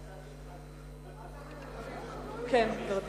כן, גברתי.